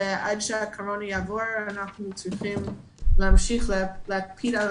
עד שהקורונה תעבור אנחנו צריכים להמשיך להקפיד על